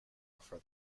for